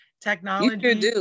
technology